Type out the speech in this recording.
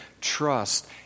trust